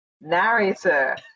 narrator